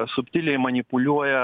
subtiliai manipuliuoja